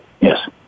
Yes